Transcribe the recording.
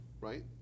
right